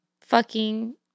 fucking-